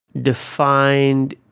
defined